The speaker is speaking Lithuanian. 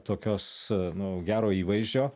tokios nu gero įvaizdžio